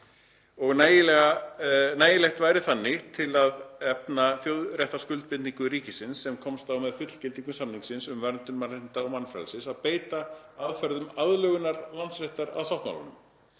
og nægilegt væri þannig, til að efna þjóðréttarskuldbindingu ríkisins, sem komst á með fullgildingu samningsins um verndun mannréttinda og mannfrelsis, að beita aðferðum aðlögunar landsréttar að sáttmálanum.